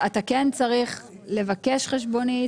אתה כן צריך לבקש חשבונית.